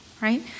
right